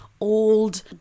old